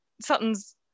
Sutton's